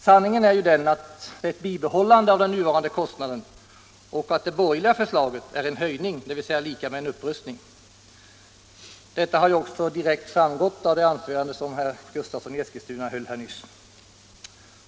Sanningen är att det är ett bibehållande av den nuvarande kostnaden och att det borgerliga förslaget är en höjning, dvs. lika med upprustning. Detta har också direkt framgått av det anförande som herr Gustavsson i Eskilstuna höll här nyss.